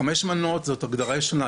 חמש מנות זאת הגדרה ישנה.